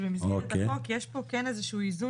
שבמסגרת החוק יש פה כן איזה שהוא איזון